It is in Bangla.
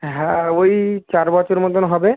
হ্যাঁ ওই চার বছর মতন হবে